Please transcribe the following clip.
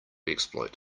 exploit